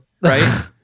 Right